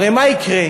הרי מה יקרה?